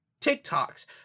TikToks